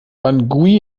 bangui